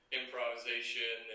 improvisation